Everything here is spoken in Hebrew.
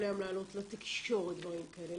כל היום להעלות לתקשורת דברים כאלה,